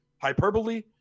Hyperbole